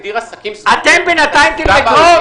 עסקים --- אתם בינתיים תלמדו.